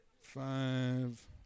five